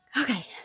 Okay